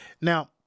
Now